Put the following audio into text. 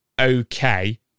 okay